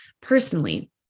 personally